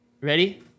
Ready